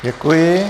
Děkuji.